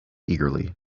eagerly